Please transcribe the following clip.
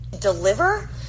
Deliver